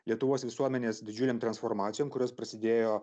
lietuvos visuomenės didžiulėm transformacijom kurios prasidėjo